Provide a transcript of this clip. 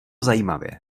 zajímavě